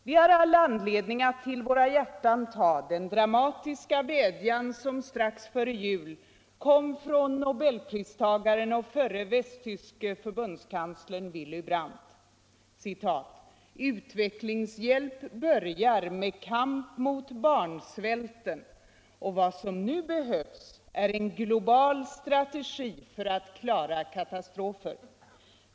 Vi har all anledning att till våra hjärtan ta den dramatiska vädjan som strax före jul kom från nobelpristagaren och förre västtyske förbundskanslern Willy Brandt: ”Utvecklingshjälp börjar med kamp mot barnsvälten och vad som nu behövs är en global strategi för att klara katastrofer.